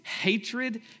hatred